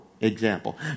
example